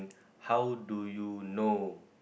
how do you know